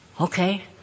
Okay